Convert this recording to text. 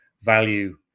value